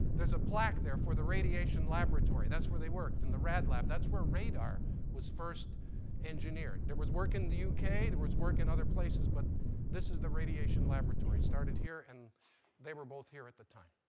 there's a plaque there for the radiation laboratory. that's where they worked, in the rad lab. that's where radar was first engineered. there was work in the uk, there was work in other places. but this is the radiation laboratory, started here and they were both here at the time.